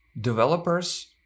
developers